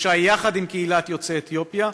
גובשה יחד עם קהילת יוצאי אתיופיה,